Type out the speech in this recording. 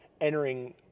entering